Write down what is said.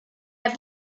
have